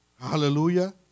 Hallelujah